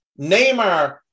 Neymar